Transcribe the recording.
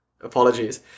apologies